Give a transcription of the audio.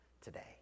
today